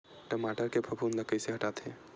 टमाटर के फफूंद ल कइसे हटाथे?